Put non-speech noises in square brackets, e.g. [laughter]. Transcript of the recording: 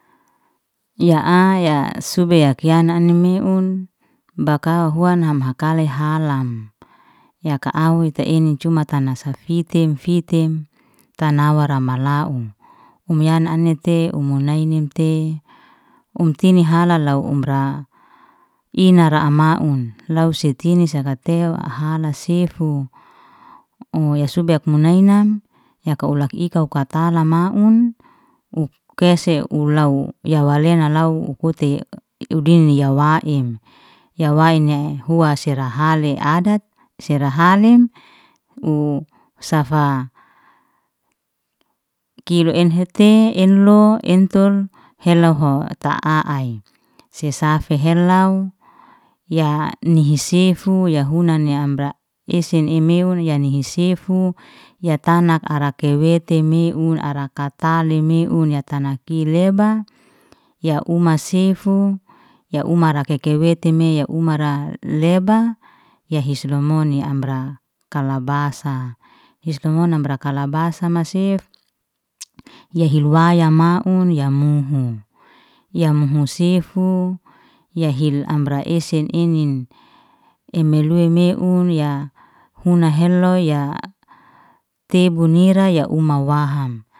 Ya ai ya sube kiyanan ni meun, baka huan am hakalay halam, yaka au te ini cuma tana safitim fitim, tana ra wala um, um yanan ni te um munainim te uti ni halalau um ra, ina ra amaun, law se sini sara tewa hala sefu u- um ya yasubek munainam yaka ulak uka katala maun, u kese u law ya walena law kote udeni yau ya waem ya waene hua sera hale adat, sere halim u safa kire enhe te enlo, entol helaho ta'a ai si safe helau. Ya nihi sefu ya hunan ya amra esen emeun ya ni'i sefu, ya tanak ara tewete meun, ara katali meun, ya tana kileba, ya uma sefu, ya umara keke wete me umara leba, ya his rumoni amra kalabasa. [unintelligible] amra la kalabasa masef ya [noise] hiluwaya maun ya muhu. Ya muhu sefu ya hil amra esen enin emilui emeun ya huna heloy ya tebu nira ya u mawaham.